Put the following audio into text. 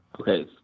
Okay